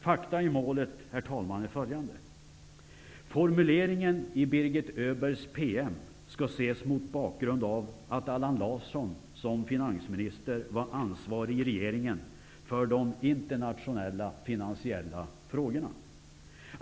Fakta i målet, herr talman, är följande: Formuleringen i Birgit Öbergs PM skall ses mot bakgrund av att Allan Larsson som finansminister var ansvarig i regeringen för de internationella finansiella frågorna.